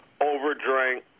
overdrank